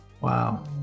wow